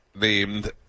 named